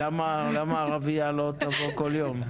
למה ערבייה לא תבוא בכל יום?